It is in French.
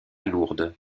lourdes